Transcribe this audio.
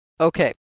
Okay